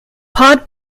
pod